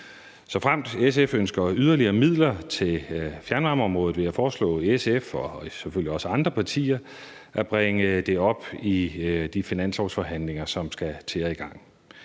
Såfremt SF ønsker yderligere midler til fjernvarmeområdet, vil jeg foreslå SF – og det gælder selvfølgelig også andre partier – at bringe det op i de finanslovsforhandlinger, som skal til at gå i gang.